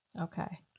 Okay